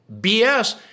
BS